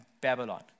Babylon